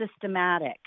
systematic